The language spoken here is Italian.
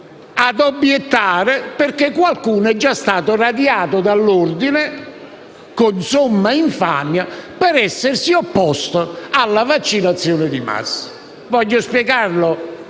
ad obiettare perché qualcuno è già stato radiato dall'Ordine con somma infamia per essersi opposto alla vaccinazione di massa. Voglio spiegarlo